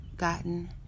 gotten